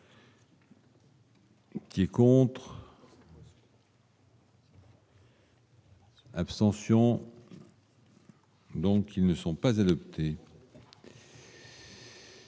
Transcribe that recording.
Qui est contre. Abstentions. Donc ils ne sont pas adaptées.